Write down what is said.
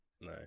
no